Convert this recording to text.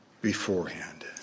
beforehand